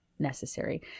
necessary